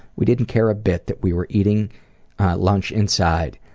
we didn't care a bit that we were eating lunch inside,